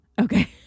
okay